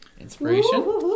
Inspiration